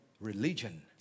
religion